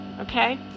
okay